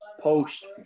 post